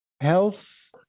health